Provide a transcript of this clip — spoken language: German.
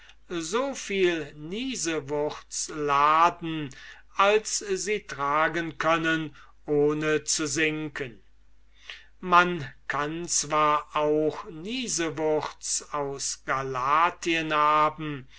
so viel niesewurz laden als sie tragen können ohne zu sinken man kann zwar auch niesewurz aus galatien haben